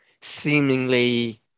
seemingly